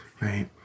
Right